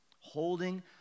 Holding